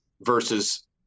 versus